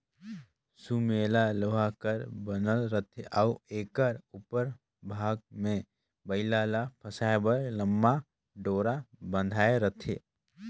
सुमेला लोहा कर बनल रहथे अउ एकर उपर भाग मे बइला ल फसाए बर लम्मा डोरा बंधाए रहथे